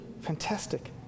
fantastic